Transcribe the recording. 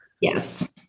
Yes